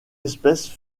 espèces